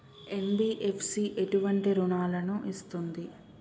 NBFC ఎటువంటి రుణాలను ఇస్తుంది?